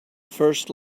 first